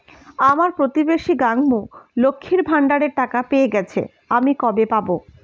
আমার প্রতিবেশী গাঙ্মু, লক্ষ্মীর ভান্ডারের টাকা পেয়ে গেছে, আমি কবে পাব?